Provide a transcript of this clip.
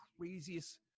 craziest